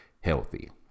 healthy